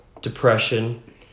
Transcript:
depression